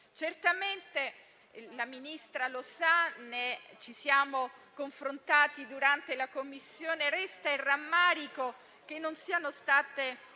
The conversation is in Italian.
Certamente, come la Ministra sa per esserci confrontati durante la Commissione, resta il rammarico che non siano state